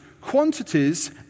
quantities